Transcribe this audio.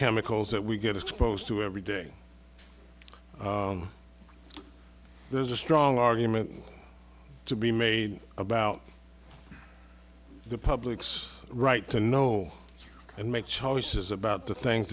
chemicals that we get exposed to every day there's a strong argument to be made about the public's right to know and make choices about the things